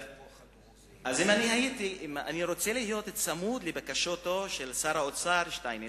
אני רוצה להיות צמוד לבקשתו של שר האוצר שטייניץ,